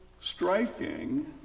striking